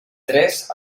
tres